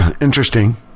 Interesting